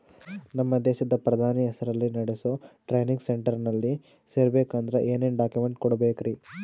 ನಮ್ಮ ದೇಶದ ಪ್ರಧಾನಿ ಹೆಸರಲ್ಲಿ ನೆಡಸೋ ಟ್ರೈನಿಂಗ್ ಸೆಂಟರ್ನಲ್ಲಿ ಸೇರ್ಬೇಕಂದ್ರ ಏನೇನ್ ಡಾಕ್ಯುಮೆಂಟ್ ಕೊಡಬೇಕ್ರಿ?